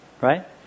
right